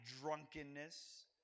drunkenness